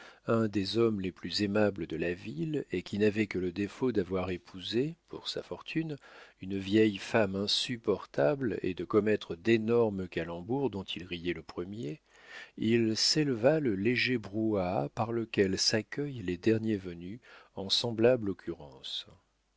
un des hommes les plus aimables de la ville et qui n'avait que le défaut d'avoir épousé pour sa fortune une vieille femme insupportable et de commettre d'énormes calembours dont il riait le premier il s'éleva le léger brouhaha par lequel s'accueillent les derniers venus en semblable occurrence